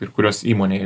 ir kurios įmonėje